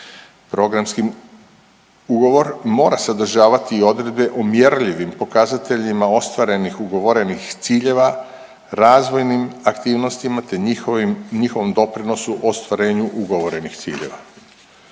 Programski ugovor mora sadržavati i odredbe o mjerljivim pokazateljima ostvarenih ugovorenih ciljeva, razvojnim aktivnostima te njihovim, njihovom doprinosu o ostvarenju ugovorenih ciljeva.